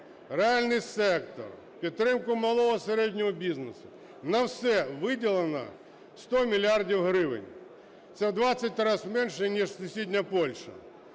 реальний сектор, підтримку малого і середнього бізнесу - на все виділено 100 мільярдів гривень, це в 20 раз менше, ніж сусідня Польща.